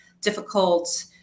difficult